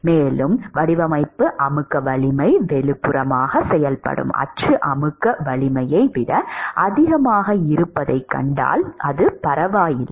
மேலும் டிசைன் அமுக்க வலிமை வெளிப்புறமாக செயல்படும் அச்சு அமுக்க வலிமையை விட அதிகமாக இருப்பதைக் கண்டால் பரவாயில்லை